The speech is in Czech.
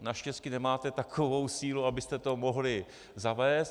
Naštěstí nemáte takovou sílu, abyste to mohli zavést.